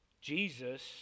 Jesus